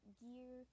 gear